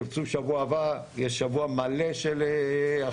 אם תרצו שבוע הבא יש שבוע מלא של הכשרות,